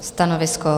Stanovisko?